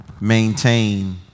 maintain